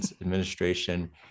administration